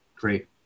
Great